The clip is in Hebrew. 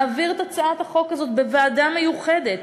מעביר את הצעת החוק הזאת בוועדה מיוחדת.